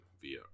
via